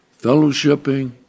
fellowshipping